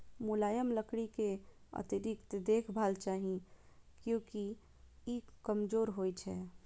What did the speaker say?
मुलायम लकड़ी कें अतिरिक्त देखभाल चाही, कियैकि ई कमजोर होइ छै